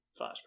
flashback